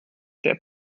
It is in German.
der